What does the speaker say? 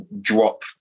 drop